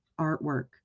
artwork